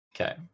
Okay